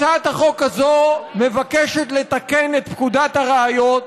הצעת החוק הזאת מבקשת לתקן את פקודת הראיות